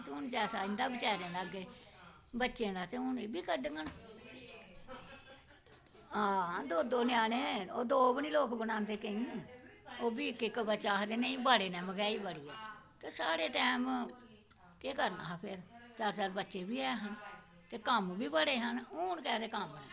ते जैसा हून इंदा बेचारें दा बच्चें बास्तै हून एह्बी कड्ढङन ओह् दो दो ञ्यानें आं ओह् दो बी निं बनांदे केईं दिन ओह्बी इक इक बच्चा आक्खदे मैहंगाई बड़ी ऐ ते साढ़े टैम केह् करना फिर त्रैऽ त्रैऽ बच्चे बी ऐ हे ते कम्म बी बड़े हे ते हून केह्दे कम्म